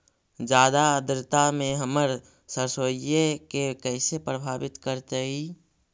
जादा आद्रता में हमर सरसोईय के कैसे प्रभावित करतई?